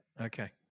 Okay